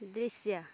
दृश्य